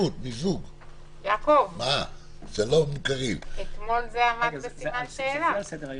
אתמול זה עמד בסימן שאלה.